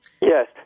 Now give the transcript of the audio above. Yes